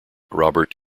robert